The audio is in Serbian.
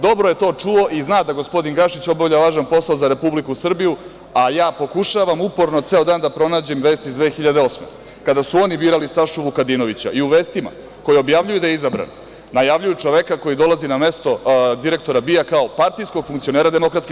Dobro je to čuo i zna da gospodin Gašić obavlja važan posao za Republiku Srbiju, a ja pokušavam uporno ceo dan da pronađem vest iz 2008. godine, kada su oni birali Sašu Vukadinovića i u vestima koje objavljuju da je izabran, najavljuju čoveka koji dolazi na mesto direktora BIA kao partijskog funkcionera DS.